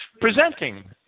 Presenting